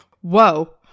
Whoa